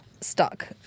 stuck